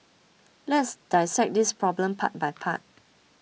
let's dissect this problem part by part